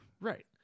Right